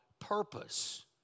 purpose